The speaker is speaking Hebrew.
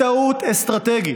טעות אסטרטגית.